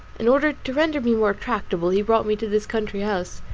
in order to render me more tractable, he brought me to this country house.